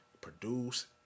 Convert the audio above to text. Produce